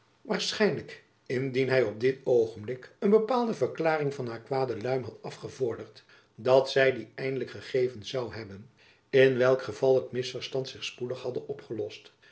waarschijnlijk indien hy op dit oogenblik een bepaalde verklaring van haar kwade luim had afgevorderd dat zy die eindelijk gegeven zoû hebben in welk geval het misverstand zich spoedig hadde opgelost